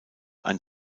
ein